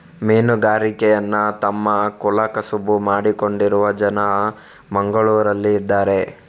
ಮೀನುಗಾರಿಕೆಯನ್ನ ತಮ್ಮ ಕುಲ ಕಸುಬು ಮಾಡಿಕೊಂಡಿರುವ ಜನ ಮಂಗ್ಳುರಲ್ಲಿ ಇದಾರೆ